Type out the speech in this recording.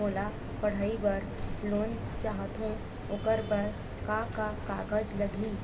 मोला पढ़ई बर लोन चाहथों ओकर बर का का कागज लगही?